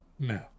No